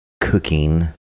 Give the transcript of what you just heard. cooking